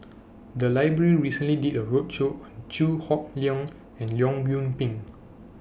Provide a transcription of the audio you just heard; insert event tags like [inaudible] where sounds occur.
The Library recently did A roadshow on Chew Hock Leong and Leong Yoon Pin [noise]